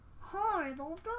Horrible